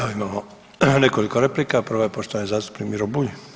Evo imamo nekoliko replika, prva je poštovani zastupnik Miro Bulj.